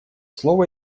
слово